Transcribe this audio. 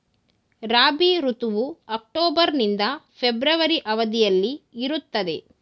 ರಾಬಿ ಋತುವು ಅಕ್ಟೋಬರ್ ನಿಂದ ಫೆಬ್ರವರಿ ಅವಧಿಯಲ್ಲಿ ಇರುತ್ತದೆ